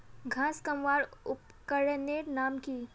घांस कमवार उपकरनेर नाम की?